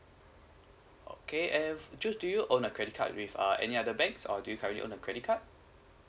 okay do you own a credit card with uh any other banks or do you currently own a credit card